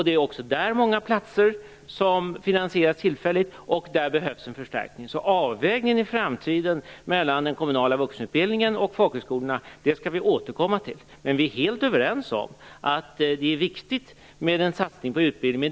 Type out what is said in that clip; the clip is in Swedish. Det finns också där många platser som finansieras tillfälligt, och också där behövs det en förstärkning. Den framtida avvägningen mellan den kommunala vuxenutbildningen och folkhögskolorna skall vi återkomma till. Vi är helt överens om att det är viktigt med en satsning på utbildning.